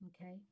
okay